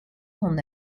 son